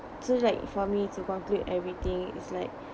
so like for me to conclude everything is like